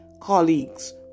colleagues